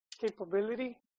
capability